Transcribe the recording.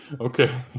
okay